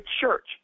church